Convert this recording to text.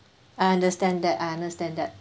I understand that I understand that